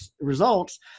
results